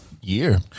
year